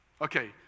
Okay